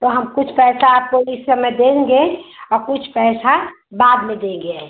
तो हम कुछ पैसा आपको इस समय देंगे कुछ पैसा बाद में देंगे